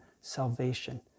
salvation